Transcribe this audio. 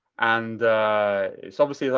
and it's obviously like,